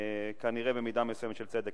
כנראה במידה מסוימת של צדק.